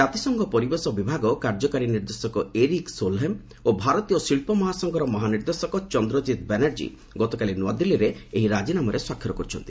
ଜାତିସଂଘ ପରିବେଶ ବିଭାଗ କାର୍ଯ୍ୟକାରୀ ନିର୍ଦ୍ଦେଶକ ଏରିକ୍ ସୋଲ୍ହେମ୍ ଏବଂ ଭାରତୀୟ ଶିଳ୍ପ ମହାସଂଘର ମହାନିର୍ଦ୍ଦେଶକ ଚନ୍ଦ୍ରକିତ ବାନାର୍ଜୀ ଗତକାଲି ନୁଆଦିଲ୍ଲୀରେ ଏହି ରାଜିନାମାରେ ସ୍ୱାକ୍ଷର କରିଛନ୍ତି